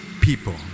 people